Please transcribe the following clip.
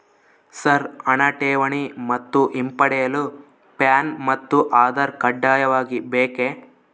Sir ಹಣ ಠೇವಣಿ ಮತ್ತು ಹಿಂಪಡೆಯಲು ಪ್ಯಾನ್ ಮತ್ತು ಆಧಾರ್ ಕಡ್ಡಾಯವಾಗಿ ಬೇಕೆ?